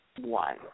one